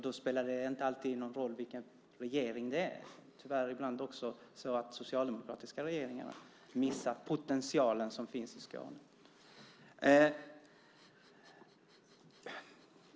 Då spelar det inte alltid någon roll vilken regering det är. Tyvärr har det ibland varit så att också socialdemokratiska regeringar missat den potential som finns i Skåne.